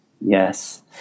Yes